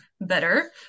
better